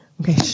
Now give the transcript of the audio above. Okay